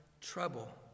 trouble